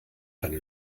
keine